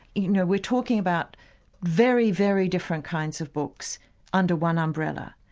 you know we're talking about very, very different kinds of books under one umbrella.